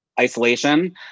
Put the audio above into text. isolation